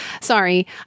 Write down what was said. Sorry